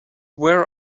where